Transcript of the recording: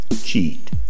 cheat